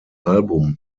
album